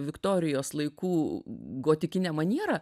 viktorijos laikų gotikine maniera